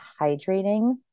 hydrating